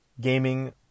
gaming